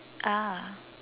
ah